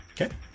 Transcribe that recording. Okay